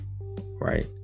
right